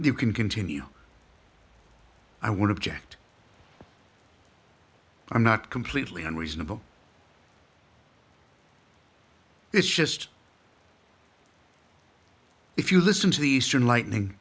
you can continue i want to protect i'm not completely unreasonable it's just if you listen to the eastern lightning